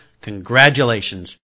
congratulations